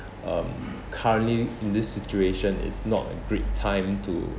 um currently in this situation is not a great time to